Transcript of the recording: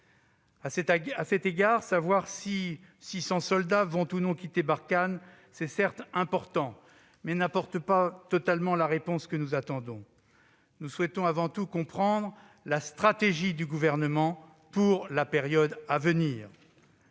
À cet égard, savoir si 600 soldats vont ou non quitter Barkhane est certes important, mais n'apporte pas totalement la réponse que nous attendons. Nous souhaitons avant tout comprendre la stratégie du Gouvernement pour la période à venir.